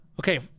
okay